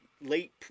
late